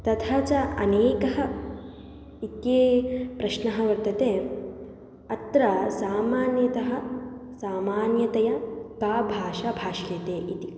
तथा च अनेकः इत्येव प्रश्नः वर्तते अत्र सामान्यतया समान्यतया का भाषा भाष्यते इति